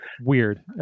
weird